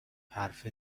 حرف